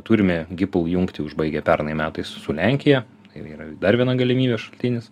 turime gypol jungtį užbaigę pernai metais su lenkija ir yra dar viena galimybė šaltinis